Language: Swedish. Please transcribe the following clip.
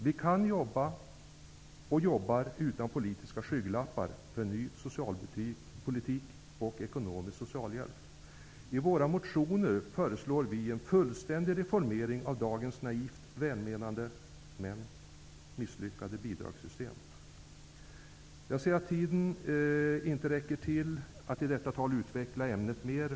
Vi jobbar utan politiska skygglappar för en ny socialpolitik och ekonomisk socialhjälp. I våra motioner föreslår vi en fullständig reformering av dagens naivt välmenande, men misslyckade, bidragssystem. Jag ser att tiden inte räcker till för att i detta anförande utveckla ämnet mer.